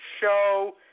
show